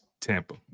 Tampa